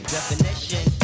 Definition